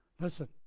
Listen